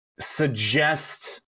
Suggest